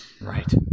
Right